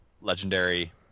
legendary